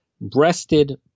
breasted